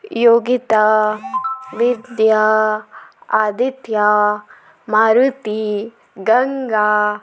Yogita Vidya Aditya Maruti Ganga